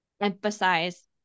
emphasize